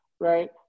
right